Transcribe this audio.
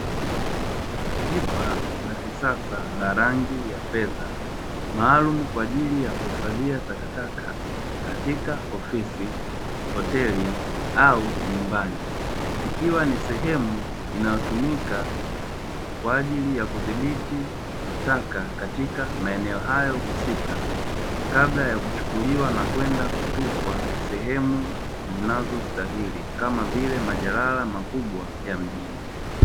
Pipa la kisasa la rangi ya fedha, maalumu kwa ajili ya kuhifadhia takataka katika ofisi, hoteli au nyumbani, ikiwa ni sehemu inayotumika kwa ajili ya kudhibiti taka katika maeneo hayo husika, kabla ya kuchukuliwa na kwenda kutupwa sehemu zinazostahili kama vile majalala makubwa ya mjini.